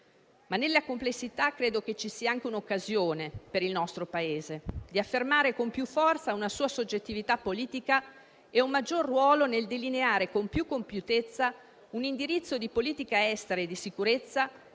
Nella complessità credo però che ci sia l'occasione per il nostro Paese di affermare con più forza una sua soggettività politica e un maggior ruolo nel delineare più compiutamente un indirizzo di politica estera e di sicurezza,